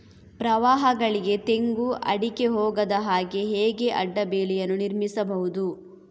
ಪ್ರವಾಹಗಳಿಗೆ ತೆಂಗು, ಅಡಿಕೆ ಹೋಗದ ಹಾಗೆ ಹೇಗೆ ಅಡ್ಡ ಬೇಲಿಯನ್ನು ನಿರ್ಮಿಸಬಹುದು?